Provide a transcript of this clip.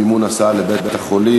מימון הסעה לבית-חולים),